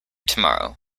tomorrow